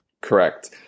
correct